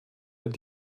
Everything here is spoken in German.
wird